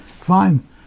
fine